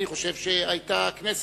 אני חושב שגם אם הכנסת,